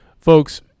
folks